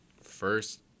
first